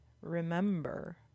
remember